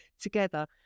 together